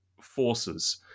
forces